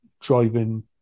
driving